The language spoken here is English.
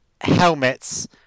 helmets